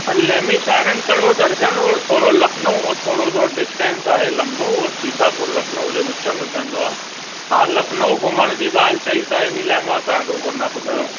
हा नेमीशारण कयो दर्शन उहो थोरो लखनऊ खां थोरो सो डिस्टंस आहे लंबो उहो सीतापुर लखनऊ जे विच में पवंदो आहे तव्हां लखनऊ घुमण जी ॻाल्हि चई त इन लाइ मां तव्हांखे उहो न ॿुधायो